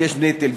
יש נטל,